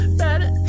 better